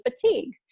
fatigue